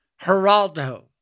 Geraldo